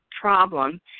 problem